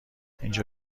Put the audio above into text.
اینجا